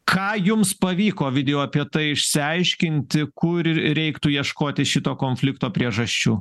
ką jums pavyko ovidijau apie tai išsiaiškinti kur ir reiktų ieškoti šito konflikto priežasčių